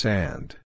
Sand